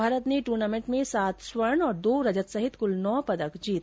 भारत ने टूर्नामेंट में सात स्वर्ण और दो रजत सहित कुल नौ पदक जीते